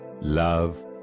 love